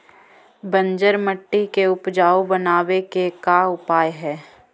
बंजर मट्टी के उपजाऊ बनाबे के का उपाय है?